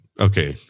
Okay